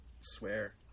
swear